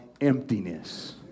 emptiness